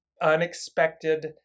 unexpected